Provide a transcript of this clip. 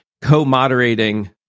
co-moderating